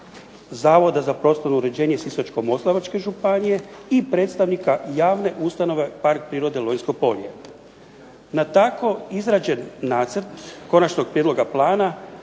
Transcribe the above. Zavoda za prostorno uređenje Sisačko-moslavačke županije i predstavnika Javne ustanove Park prirode Lonjsko polje. Na tko izrađen nacrt Konačnog prijedloga plana